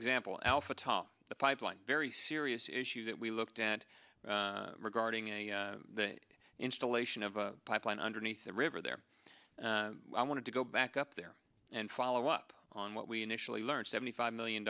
example al fatah the pipeline very serious issue that we looked at regarding the installation of a pipeline underneath the river there i want to go back up there and follow up on what we initially learned seventy five million